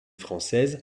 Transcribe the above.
française